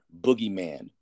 Boogeyman